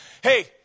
Hey